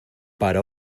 para